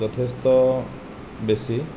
যথেষ্ট বেছি